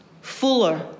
fuller